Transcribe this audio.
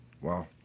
Wow